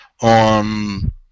on